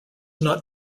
not